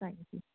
thank you